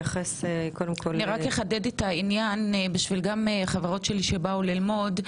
רק אחדד את העניין בשביל החברות שלי שבאו ללמוד: